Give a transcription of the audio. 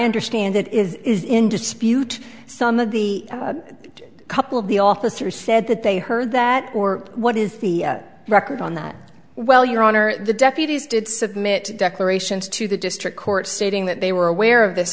understand it is in dispute some of the couple of the officer said that they heard that or what is the record on that well your honor the deputies did submit declarations to the district court stating that they were aware of this